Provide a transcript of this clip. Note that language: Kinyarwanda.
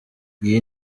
iyi